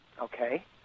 Okay